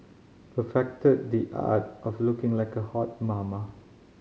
perfected the art of looking like a hot mama